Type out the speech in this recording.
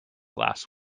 last